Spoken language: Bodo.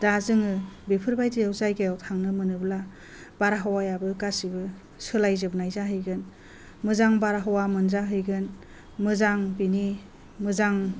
दा जोङो बेफोरबायदियाव जायगायाव थांनो मोनोब्ला बारहावायाबो गासिबो सोलायजोबनाय जाहैगोन मोजां बारहावा मोनजाहैगोन मोजां बिनि मोजां